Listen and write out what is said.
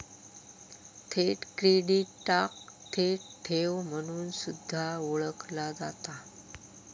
थेट क्रेडिटाक थेट ठेव म्हणून सुद्धा ओळखला जाता